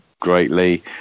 greatly